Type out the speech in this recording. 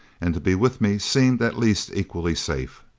and to be with me seemed at least equally safe.